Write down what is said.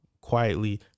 quietly